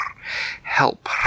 Help